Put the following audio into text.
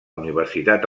universitat